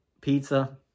pizza